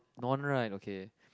non right okay